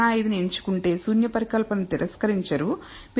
05 నీ ఎంచుకుంటే శూన్య పరికల్పనను తిరస్కరించరు మీరు 0